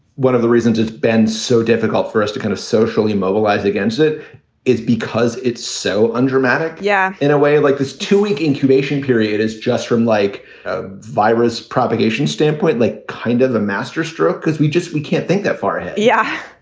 one of the reasons it's been so difficult for us to kind of socially mobilize against it is because it's so undramatic. yeah, in a way like this two week incubation period is just from like a virus propagation standpoint, like kind of the masterstroke because we just we can't think that far yeah,